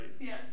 Yes